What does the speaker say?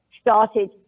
started